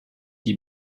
die